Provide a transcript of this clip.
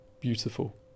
Beautiful